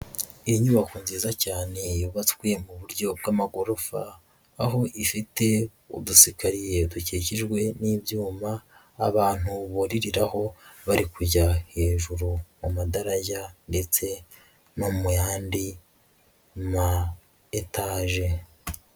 Inyubako nziza cyane yubatswe mu buryo bw'amagorofa aho ifite udusigakariye dukikijwe n'ibyuma abantu baririraho bari kujya hejuru mu madaraja ndetse no mu yandi ma etage.